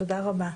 תודה רבה.